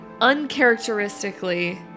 uncharacteristically